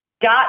Dot